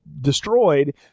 destroyed